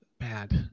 Bad